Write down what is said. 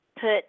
put